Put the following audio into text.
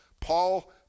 Paul